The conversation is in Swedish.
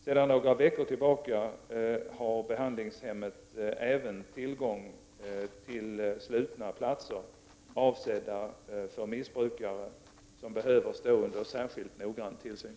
Sedan några veckor tillbaka har behandlingshemmet även tillgång till slutna platser avsedda för missbrukare som behöver stå under särskilt noggrann tillsyn.